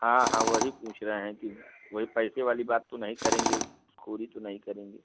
हाँ हाँ वही पूछ रहे हैं कि वही पैसे वाली बात तो नही करेंगे घूस खोरी तो नही करेंगे